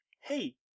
hey